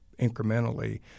incrementally